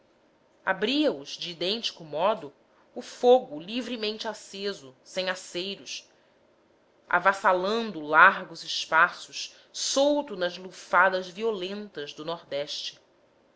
abria os de idêntico modo o fogo livremente aceso sem aceiros avassalando largos espaços solto nas lufadas violentas do nordeste